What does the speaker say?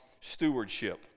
stewardship